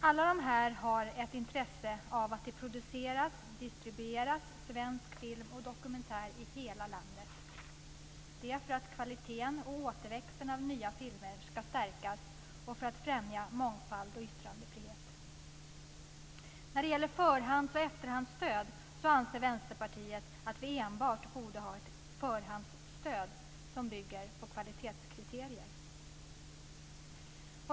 Alla dessa har ett intresse av att det produceras och distribueras svensk film och dokumentärfilm i hela landet för att kvaliteten och återväxten av nya filmer ska stärkas och för att mångfald och yttrandefrihet ska främjas. När det gäller förhands och efterhandsstöd anser Vänsterpartiet att vi enbart borde ha ett förhandsstöd som bygger på kvalitetskriterier.